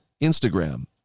Instagram